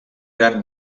gran